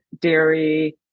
dairy